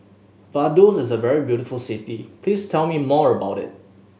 Vaduz is a very beautiful city please tell me more about it